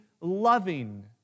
loving